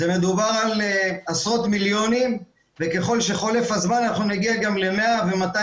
מדובר על עשרות מיליונים וככל שחולף הזמן אנחנו נגיע גם ל-100 ו-200